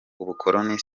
ubukoloni